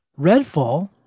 Redfall